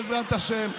בעזרת השם,